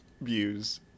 views